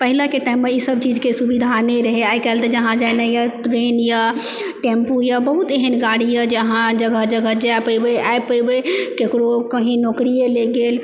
पहिलेके टाइममे ई सभ चीजके सुबिधा नहि रहै आइ काल्हि तऽ जहाँ जेनाइ यऽ ट्रेन यऽ टेम्पू यऽ बहुत एहेन गाड़ी यऽ जे अहाँ जगह जगह जाय पेबै आबि पेबै केकरो कही नौकरिए लए गेल